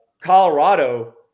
Colorado